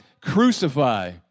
crucify